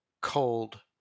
cold